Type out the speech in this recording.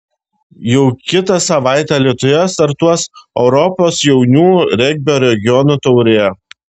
jau kitą savaitę alytuje startuos europos jaunių regbio regionų taurė